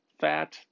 fat